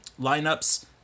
lineups